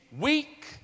weak